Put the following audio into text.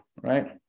right